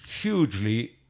hugely